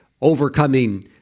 overcoming